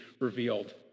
revealed